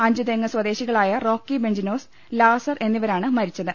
അഞ്ചുതെങ്ങ് സ്വദേശികളായ റോക്കി ബെഞ്ചിനോസ് ലാസർ എന്നിവരാണ് മരിച്ചത്